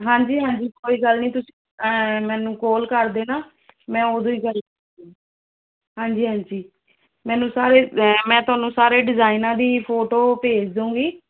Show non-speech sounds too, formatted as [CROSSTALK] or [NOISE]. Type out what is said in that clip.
ਹਾਂਜੀ ਹਾਂਜੀ ਕੋਈ ਗੱਲ ਨਹੀਂ ਤੁਸੀਂ ਮੈਨੂੰ ਕੌਲ ਕਰ ਦਿਓ ਨਾ ਮੈਂ ਉਦੋਂ ਹੀ [UNINTELLIGIBLE] ਹਾਂਜੀ ਹਾਂਜੀ ਮੈਨੂੰ ਸਾਰੇ ਮੈਂ ਤੁਹਾਨੂੰ ਸਾਰੇ ਡਿਜ਼ਾਇਨਾਂ ਦੀ ਫੋਟੋ ਭੇਜ ਦੂੰਗੀ